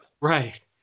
Right